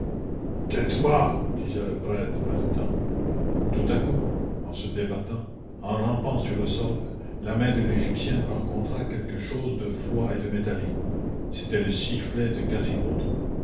tais-toi disait le prêtre haletant tout à coup en se débattant en rampant sur le sol la main de l'égyptienne rencontra quelque chose de froid et de métallique c'était le sifflet de quasimodo